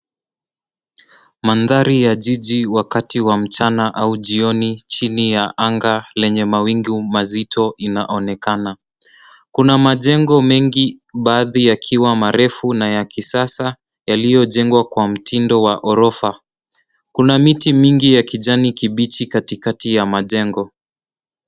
Mandhari ya jiji wakati wa mchana au jioni chini ya anga lenye mawingu mazito inaonekana. Kuna majengo mengi baadhi yakiwa marefu na ya kisasa yaliyojengwa kwa mtindo wa ghorofa. Kuna miti mingi ya kijani kibichi katikati ya majengo.